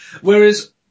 Whereas